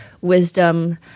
wisdom